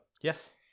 Yes